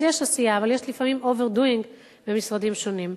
אז יש עשייה אבל לפעמים יש overdoing במשרדים שונים,